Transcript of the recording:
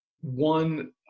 one